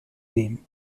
team